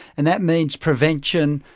and that means prevention,